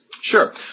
sure